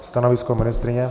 Stanovisko ministryně?